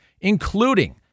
including